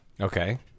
Okay